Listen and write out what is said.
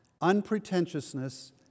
unpretentiousness